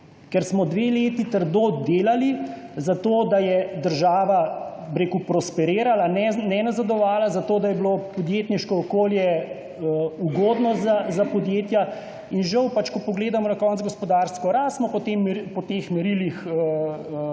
ker smo dve leti trdo delali, da je država prosperirala, ne nazadovala, da je bilo podjetniško okolje ugodno za podjetja. In žal, ko pogledamo na koncu gospodarsko rast, smo po teh merilih,